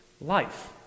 life